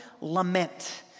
lament